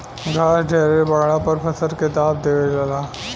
घास ढेरे बढ़ला पर फसल के दाब देवे ला